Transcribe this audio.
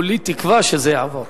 כולי תקווה שזה יעבור.